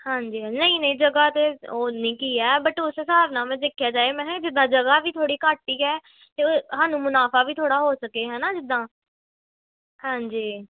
ਹਾਂਜੀ ਹਾਂਜੀ ਨਹੀਂ ਨਹੀਂ ਜਗ੍ਹਾ ਤਾਂ ਉਹ ਉੱਨੀ ਕੁ ਹੈ ਬਟ ਉਸ ਹਿਸਾਬ ਨਾਲ ਮੈਂ ਦੇਖਿਆ ਜਾਏ ਮੈਂ ਕਿਹਾ ਕਿੱਦਾਂ ਜਗ੍ਹਾ ਵੀ ਥੋੜੀ ਘੱਟ ਹੀ ਹੈ ਅਤੇ ਸਾਨੂੰ ਮੁਨਾਫ਼ਾ ਵੀ ਥੋੜ੍ਹਾ ਹੋ ਸਕੇ ਹੈ ਨਾ ਜਿੱਦਾਂ ਹਾਂਜੀ